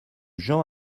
jean